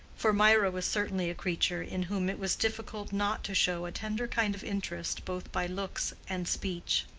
for mirah was certainly a creature in whom it was difficult not to show a tender kind of interest both by looks and speech.